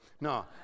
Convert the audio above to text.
No